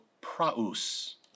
praus